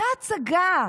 אותה הצגה,